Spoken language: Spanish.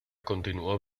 continuó